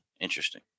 Interesting